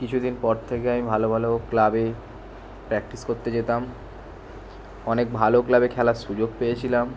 কিছু দিন পর থেকে আমি ভালো ভালো ক্লাবে প্র্যাকটিস করতে যেতাম অনেক ভালো ক্লাবে খেলার সুযোগ পেয়েছিলাম